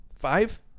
five